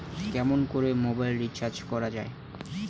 কেমন করে mobile recharge করা য়ায়?